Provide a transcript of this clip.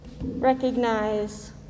recognize